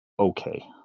okay